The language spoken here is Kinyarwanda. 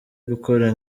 gukora